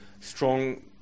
strong